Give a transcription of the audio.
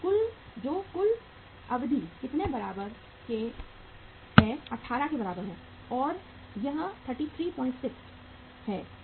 तो कुल अवधि कितने के बराबर है 18 के बराबर है और यह 336 है